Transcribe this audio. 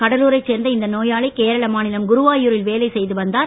கடலூரை சேர்ந்த இந்த நோயாளி கேரள மாநிலம் குருவாயூரில் வேலை செய்து வந்தார்